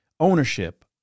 Ownership